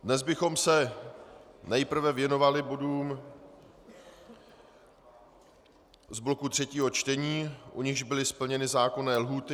Dnes bychom se nejprve věnovali bodům z bloku třetího čtení, u nichž byly splněny zákonné lhůty.